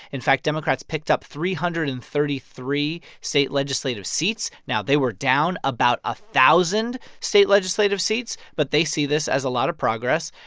in fact, democrats picked up three hundred and thirty three state legislative seats. now, they were down about a thousand state legislative seats. but they see this as a lot of progress.